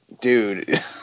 Dude